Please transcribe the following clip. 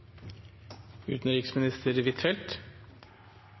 utenriksminister